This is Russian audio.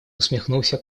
усмехнулся